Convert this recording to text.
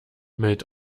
mit